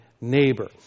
neighbor